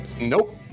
Nope